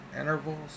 intervals